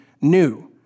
new